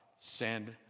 send